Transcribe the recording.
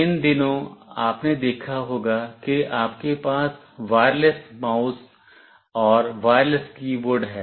इन दिनों आपने देखा होगा कि आपके पास वायरलेस माउस और वायरलेस कीबोर्ड है